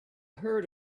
heard